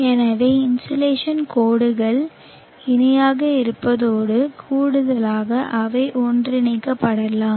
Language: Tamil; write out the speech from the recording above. எனவே இன்சோலேஷன் கோடுகள் இணையாக இருப்பதோடு கூடுதலாக அவை ஒன்றிணைக்கப்படலாம்